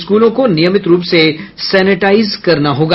स्कूलों को नियमित रूप से सेनेटाईज करना होगा